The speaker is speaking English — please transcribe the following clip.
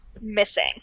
missing